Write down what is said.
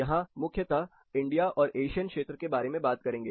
यहां मुख्यतः इंडिया और एशियन क्षेत्र के बारे में बात करेंगे